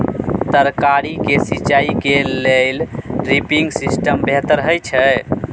तरकारी के सिंचाई के लेल ड्रिपिंग सिस्टम बेहतर होए छै?